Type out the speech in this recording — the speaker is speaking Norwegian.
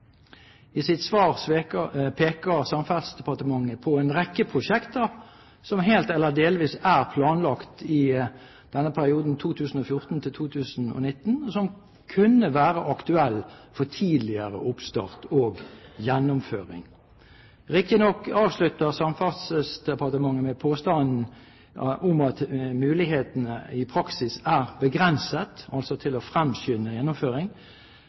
I sitt svar peker Samferdselsdepartementet på en rekke prosjekter som helt eller delvis er planlagt i perioden 2014–2019, og som kunne være aktuelle for tidligere oppstart og gjennomføring. Riktignok avslutter Samferdselsdepartementet med påstanden om at mulighetene i praksis er begrenset – altså til å fremskynde gjennomføring.